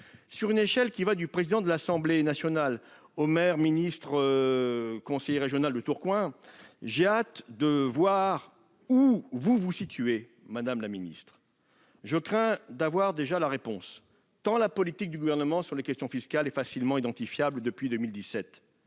Sur une échelle qui va du président de l'Assemblée nationale au ministre-conseiller régional-maire de Tourcoing, j'ai hâte de voir ou vous vous situez, madame la secrétaire d'État. Je crains d'avoir déjà la réponse, tant la politique du Gouvernement, sur les questions fiscales, est facilement identifiable depuis 2017 :